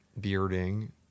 bearding